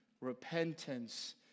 repentance